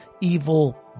evil